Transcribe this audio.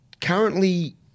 currently